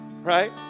Right